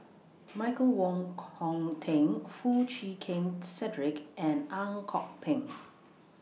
Michael Wong Hong Teng Foo Chee Keng Cedric and Ang Kok Peng